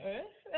Earth